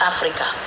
Africa